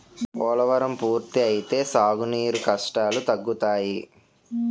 పోలవరం పూర్తి అయితే సాగు నీరు కష్టాలు తగ్గుతాయి